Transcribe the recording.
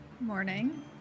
Morning